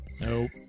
Nope